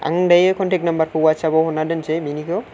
आं दायो कन्टेक नाम्बारखौ हवाथसापआव हरना दोननोसै नोंनिखौ